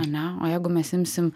ane o jeigu mes imsim